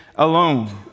Alone